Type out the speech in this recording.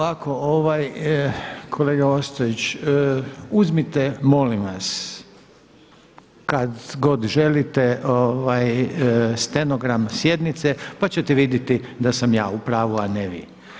Ovako ovaj kolega Ostojić, uzmite molim vas kad god želite stenogram sjednice pa ćete vidjeti da sam ja u pravu, a ne vi.